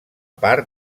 part